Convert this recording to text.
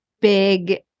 big